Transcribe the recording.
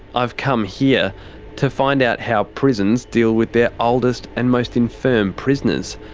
i've come here to find out how prisons deal with their oldest and most infirm prisoners.